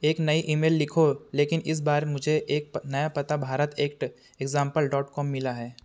एक नई ईमेल लिखो लेकिन इस बार मुझे एक प नया पता Bharat at example dot com मिला है